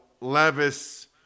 Levis